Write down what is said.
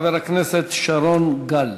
חבר הכנסת שרון גל.